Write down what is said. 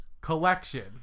collection